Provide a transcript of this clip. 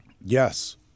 Yes